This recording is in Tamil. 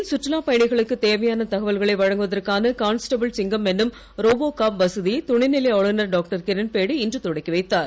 புதுவையில் சுற்றுலாப் பயணிகளுக்குத் தேவையான தகவல்களை வழங்குவதற்கான கான்ஸ்டபிள் சிங்கம் என்னும் ரோபோ காப் வசதியை துணைநிலை ஆளுனர் டாக்டர் கிரண்பேடி இன்று தொடக்கிவைத்தார்